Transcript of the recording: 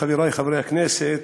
חברי חברי הכנסת,